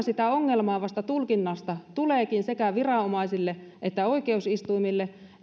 sitä ongelmaa tulkinnasta vasta tuleekin sekä viranomaisille että oikeusistuimille